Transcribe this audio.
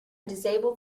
disabled